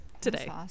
today